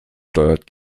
steuert